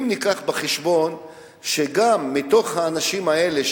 ניקח בחשבון שגם מתוך הנשים האלה,